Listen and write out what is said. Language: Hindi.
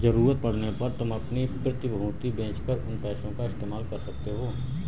ज़रूरत पड़ने पर तुम अपनी प्रतिभूति बेच कर उन पैसों का इस्तेमाल कर सकते हो